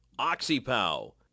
OxyPow